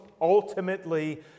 ultimately